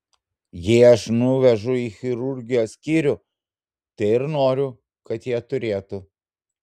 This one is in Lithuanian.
jei aš nuvežu į chirurgijos skyrių tai ir noriu kad jie turėtų